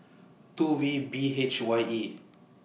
two V B H Y E